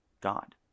god